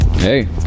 Hey